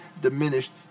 diminished